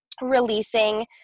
releasing